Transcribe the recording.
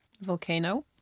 volcano